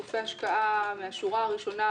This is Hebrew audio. גופי השקעה מן השורה הראשונה,